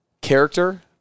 Character